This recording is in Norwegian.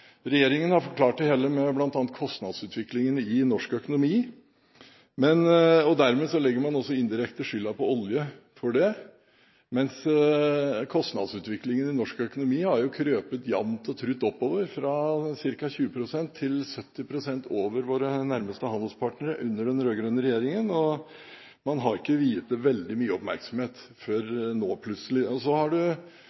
Regjeringen har forklart det hele med bl.a. kostnadsutviklingen i norsk økonomi, og dermed legger man også indirekte skylden på olje for det, mens kostnadsutviklingen i norsk økonomi har krøpet jamt og trutt oppover under den rød-grønne regjeringen, fra ca. 20 pst. til 70 pst. over våre nærmeste handelspartnere, og man har ikke viet den veldig mye oppmerksomhet før